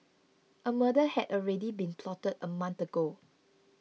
a murder had already been plotted a month ago